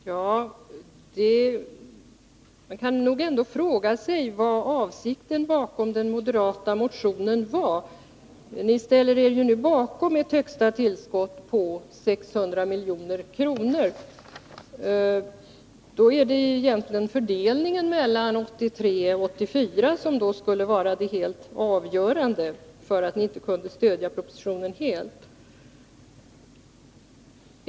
Herr talman! Man kan nog ändå fråga sig vad avsikten bakom den moderata motionen var. Ni ställer er ju nu bakom ett högsta tillskott på 600 milj.kr. Då måste det vara fördelningen mellan 1983 och 1984 som var det avgörande för att ni inte kunde stödja propositionen helt.